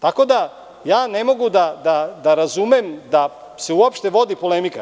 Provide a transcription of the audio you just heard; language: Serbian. Tako da ne mogu da razumem da se uopšte vodi polemika.